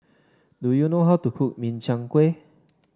do you know how to cook Min Chiang Kueh